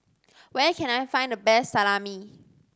where can I find the best Salami